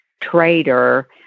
trader